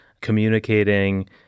communicating